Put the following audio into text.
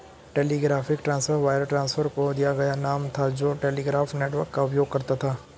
telegraphic transfer wire transfer को दिया गया नाम था जो टेलीग्राफ नेटवर्क का उपयोग करता था